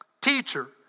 Teacher